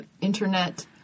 internet